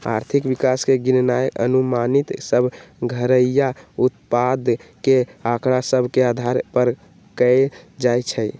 आर्थिक विकास के गिननाइ अनुमानित सभ घरइया उत्पाद के आकड़ा सभ के अधार पर कएल जाइ छइ